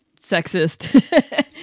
sexist